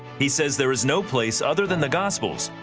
he says there is no place, other than the gospel,